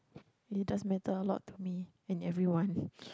it does matter a lot to me and everyone